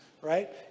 right